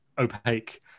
opaque